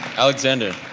alexander.